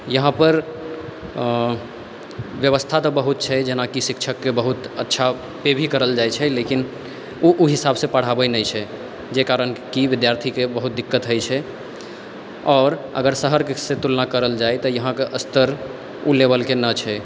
यहाँपर व्यवस्था तऽ बहुत छै जेनाकि शिक्षकके बहुत अच्छा पे भी करल जाइ छै लेकिन उ उ हिसाबसँ पढ़ाबै नहि छै जाहि कारण कि विद्यार्थीके बहुत दिक्कत होइ छै आओर अगर शहरसँ तुलना करल जाइ तऽ यहाँके स्तर उ लेबलके नहि छै